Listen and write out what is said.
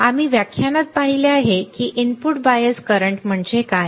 आम्ही व्याख्यानात पाहिले आहे की इनपुट बायस करंट म्हणजे काय